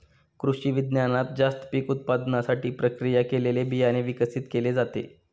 कृषिविज्ञानात जास्त पीक उत्पादनासाठी प्रक्रिया केलेले बियाणे विकसित केले जाते